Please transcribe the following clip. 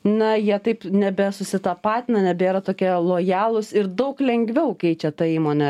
na jie taip nebesusitapatina nebėra tokie lojalūs ir daug lengviau kai čia ta įmonė